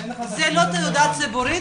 זו לא תעודה ציבורית?